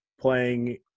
playing